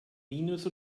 minus